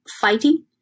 fighting